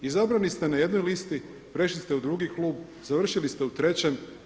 Izabrani ste na jednoj listi, prešli ste u drugi klub, završili ste u trećem.